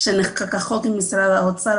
שנחקק החוק עם משרד האוצר.